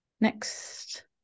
next